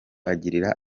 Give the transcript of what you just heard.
agirira